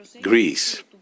Greece